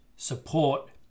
support